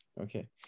Okay